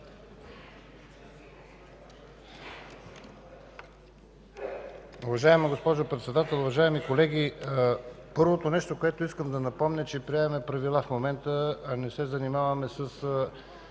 Уважаема госпожо председател, уважаеми колеги! Първото нещо, което искам да напомня, е, че приемаме правила в момента, а не се занимаваме с